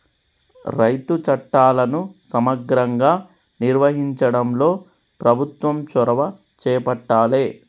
రైతు చట్టాలను సమగ్రంగా నిర్వహించడంలో ప్రభుత్వం చొరవ చేపట్టాలె